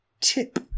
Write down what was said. tip